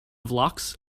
vlachs